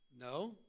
No